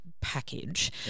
package